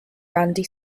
randy